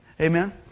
Amen